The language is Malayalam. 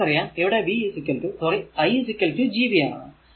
നമുക്കറിയാം ഇവിടെ v sorry i G v ആണ്